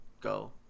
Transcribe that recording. go